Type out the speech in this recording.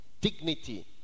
dignity